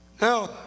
Now